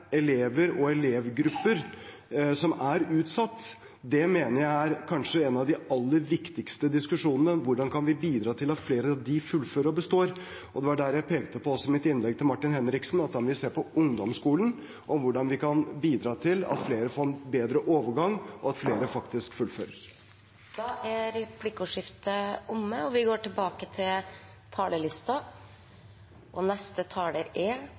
elever og elevgrupper som er utsatt, mener jeg kanskje er en av de aller viktigste diskusjonene: Hvordan kan vi bidra til at flere av dem fullfører og består? Jeg pekte i mitt replikksvar til Martin Henriksen også på at vi da må se på ungdomsskolen og hvordan vi kan bidra til at flere får en bedre overgang, og at flere faktisk fullfører. Replikkordskiftet er omme. Fraværsgrensen er et utilbørlig hinder for at ungdommer kan delta og